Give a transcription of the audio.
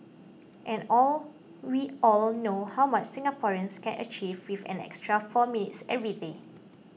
and all we all know how much Singaporeans can achieve with an extra four minutes every day